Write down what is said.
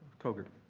koger.